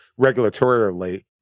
regulatorily